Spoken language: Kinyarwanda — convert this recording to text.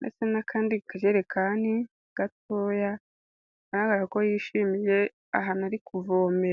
ndetse n'akandi kajerekani gatoya, bigaragara ko yishimiye ahantu ari kuvomera.